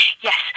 yes